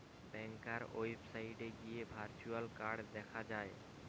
ব্যাংকার ওয়েবসাইটে গিয়ে virtual card দেখা যায়